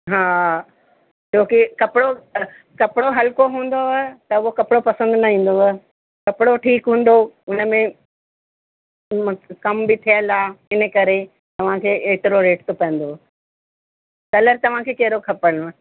हा कयो की कपिड़ो कपिड़ो हलको हूंदव त वो कपिड़ो पसंदि न ईंदव कपिड़ो ठीकु हूंदो उनमें कम बि थियल आहे इन करे तव्हांखे एतिरो रेट थो पवंदव कलर तव्हांखे कहिड़ो खपनव